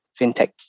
fintech